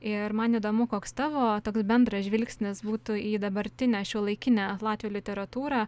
ir man įdomu koks tavo toks bendras žvilgsnis būtų į dabartinę šiuolaikinę latvių literatūrą